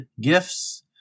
gifts